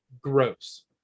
Gross